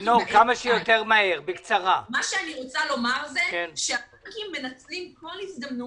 אני רוצה לומר שהבנקים מנצלים כל הזדמנות,